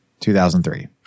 2003